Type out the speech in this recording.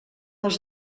els